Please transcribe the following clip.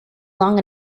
long